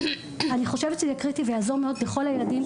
אני חושבת שזה קריטי ויעזור מאוד לכל הילדים,